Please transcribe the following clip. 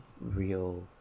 real